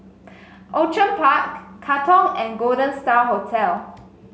Outram Park Katong and Golden Star Hotel